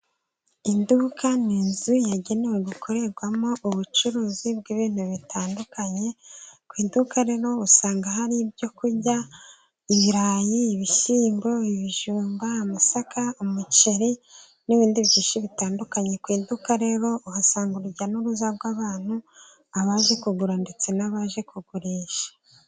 Iduka ni inzu yagenewe gukorerwamo ubucuruzi bw'ibintu bitandukanye, ku iduka rero usanga hari ibyo kurya, ibirayi, ibishyimbo, ibijumba, amasaka, umuceri n'ibindi byinshi bitandukanye, ku iduka rero uhasanga urujya n'uruza bw'abantu, abazi kugura ndetse n'abaje kugurisha.